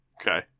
Okay